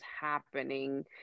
happening